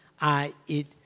I-it